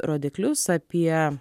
rodiklius apie